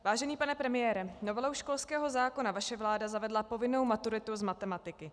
Vážený pane premiére, novelou školského zákona vaše vláda zavedla povinnou maturitu z matematiky.